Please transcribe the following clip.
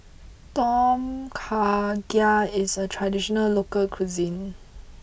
Tom Kha Gai is a traditional local cuisine